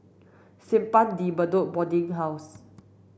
Simpang De Bedok Boarding House